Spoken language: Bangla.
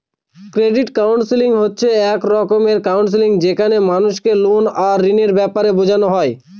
ক্রেডিট কাউন্সেলিং হচ্ছে এক রকমের কাউন্সেলিং যেখানে মানুষকে লোন আর ঋণের ব্যাপারে বোঝানো হয়